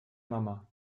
mama